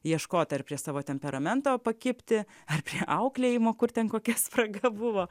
ieškot ar prie savo temperamento pakibti ar auklėjimo kur ten kokia spraga buvo